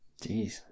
Jeez